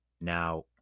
Now